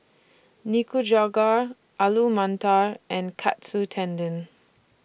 Nikujaga Alu Matar and Katsu Tendon